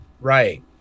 right